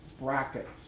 brackets